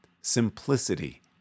simplicity